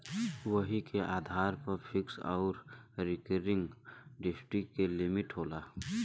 वही के आधार पर फिक्स आउर रीकरिंग डिप्सिट के लिमिट होला